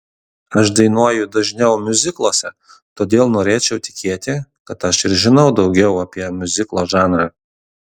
aš dainuoju dažniau miuzikluose todėl norėčiau tikėti kad aš ir žinau daugiau apie miuziklo žanrą